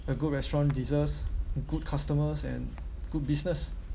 a good restaurant deserves good customers and good business